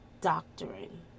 doctrine